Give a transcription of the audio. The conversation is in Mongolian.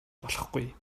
болохгүй